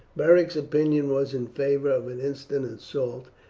beric's opinion was in favour of an instant assault,